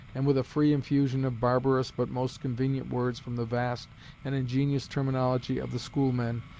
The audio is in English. and with a free infusion of barbarous but most convenient words from the vast and ingenious terminology of the schoolmen,